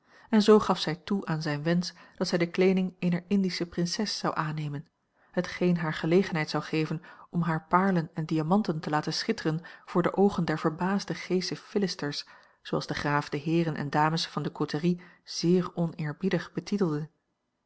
en zoo gaf zij toe aan zijn wensch dat zij de kleeding eener indische prinses zou aannemen hetgeen haar gelegenheid zou geven om hare paarlen en diamanten te laten schitteren voor de oogen der verbaasde g sche philisters zooals de graaf de heeren en dames van de côterie zeer oneerbiedig betitelde